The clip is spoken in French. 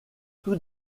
tout